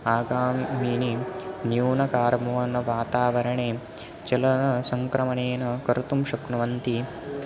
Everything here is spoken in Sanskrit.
आगामिनीं न्यूनकारबोन्नवातावरणे चलनसङ्क्रमणेन कर्तुं शक्नुवन्ति